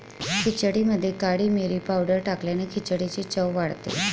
खिचडीमध्ये काळी मिरी पावडर टाकल्याने खिचडीची चव वाढते